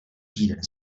týden